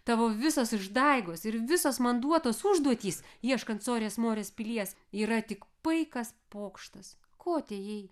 tavo visos išdaigos ir visos man duotos užduotys ieškant sorės morės pilies yra tik paikas pokštas ko atėjai